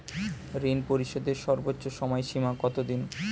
ঋণ পরিশোধের সর্বোচ্চ সময় সীমা কত দিন?